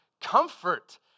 comfort